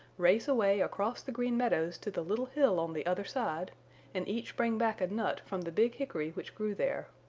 race away across the green meadows to the little hill on the other side and each bring back a nut from the big hickory which grew there.